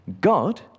God